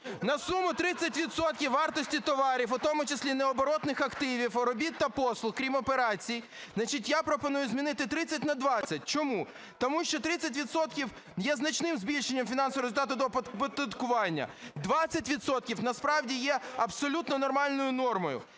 відсотків вартості товарів, у тому числі необоротних активів, робіт та послуг, крім операцій…". Значить, я пропоную змінити 30 на 20. Чому? Тому що 30 відсотків є значним збільшенням фінансового результату до оподаткування. 20 відсотків насправді є абсолютно нормальною нормою.